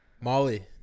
Molly